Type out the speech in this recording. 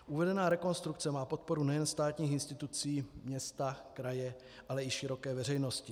Uvedená rekonstrukce má podporu nejen státních institucí, města, kraje, ale i široké veřejnosti.